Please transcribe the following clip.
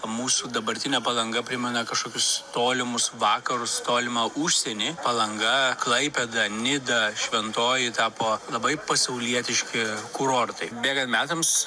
mūsų dabartinė palanga primena kažkokius tolimus vakarus tolimą užsienį palanga klaipėda nida šventoji tapo labai pasaulietiški kurortai bėgan metams